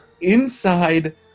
inside